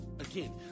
Again